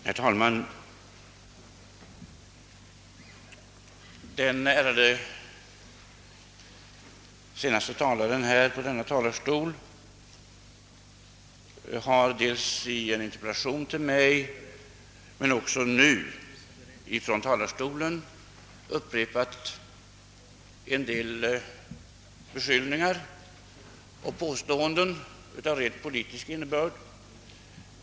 Herr talman! Den ärade senaste talaren har dels i en interpellation till mig, dels också nu från talarstolen uttalat en del beskyllningar och påståenden av rent politisk innebörd.